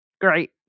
Great